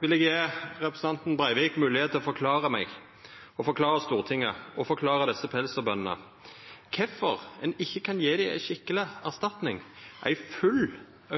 vil gje representanten Terje Breivik moglegheit til å forklara meg, Stortinget og desse pelsdyrbøndene kvifor ein ikkje kan gje dei ei skikkeleg erstatning – ei full